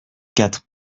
quatre